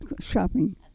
shopping